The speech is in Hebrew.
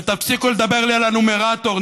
ותפסיקו לדבר לי על הנומרטור.